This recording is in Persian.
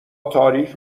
تاریک